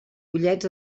pollets